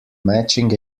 matching